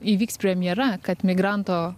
įvyks premjera kad migranto